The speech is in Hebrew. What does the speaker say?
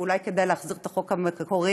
ואולי כדאי להחזיר את החוק המקורי.